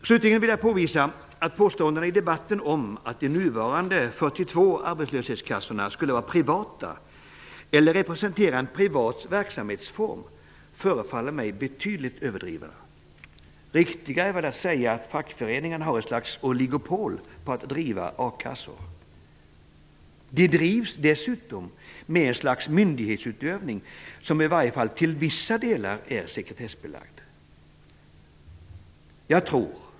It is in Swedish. Slutligen vill jag påvisa att påståendena i debatten om att de nuvarande 42 arbetslöshetskassorna skulle vara privata eller representera en privat verksamhetsform förefaller mig betydligt överdrivna. Riktigare är väl att säga att fackföreningarna har ett slags oligopol på att driva a-kassor. De drivs dessutom med ett slags myndighetsutövning som i varje fall till vissa delar är sekretessbelagd.